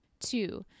Two